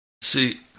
See